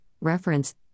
reference